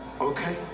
Okay